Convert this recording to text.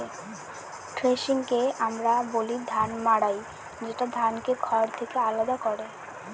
থ্রেশিংকে আমরা বলি ধান মাড়াই যেটা ধানকে খড় থেকে আলাদা করে